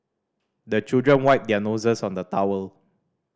the children wipe their noses on the towel